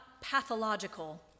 pathological